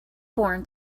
born